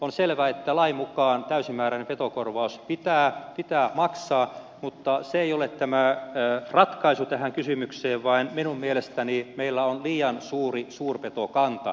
on selvää että lain mukaan täysimääräinen petokorvaus pitää maksaa mutta se ei ole ratkaisu tähän kysymykseen vaan minun mielestäni meillä on liian suuri suurpetokanta